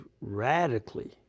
radically